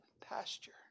pasture